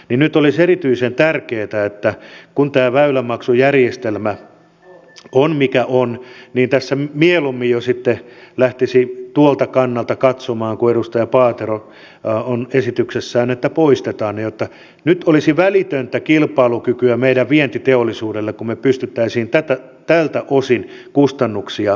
nyt olisi erityisen tärkeää että kun tämä väylämaksujärjestelmä on mikä on niin tässä mieluummin jo sitten lähtisi tuolta kannalta katsomaan kuin edustaja paatero esityksessään että poistetaan ne jotta nyt olisi välitöntä kilpailukykyä meidän vientiteollisuudelle kun me pystyisimme tältä osin kustannuksia laskemaan